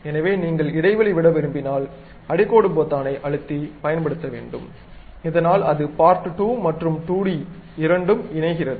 எனவே நீங்கள் இடைவெளி விட விரும்பினால் அடிக்கோடு பொத்தானை அழுத்தி பயன்படுத்த வேண்டும் இதனால் அது part2 மற்றும் 2d இரண்டும் இணைகிறது